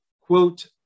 quote